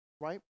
right